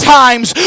times